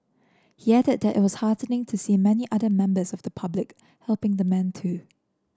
he added that it was heartening to see many other members of the public helping the man too